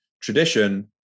tradition